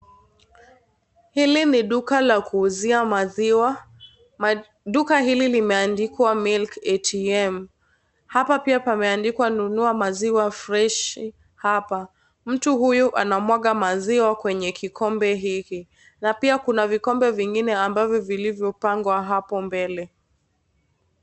Hili ni duka la kuuzia maziwa duka hili limeandikwa milk ATM , hapa pia pameandikwa nunua maziwa freshi hapa, mtu huyu anamwaga maziwa kwenye kikombe hiki na pia kuna vikombe vingine ambavyo vilivyo pangwa hapo mbele.